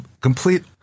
complete